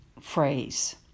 phrase